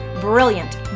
brilliant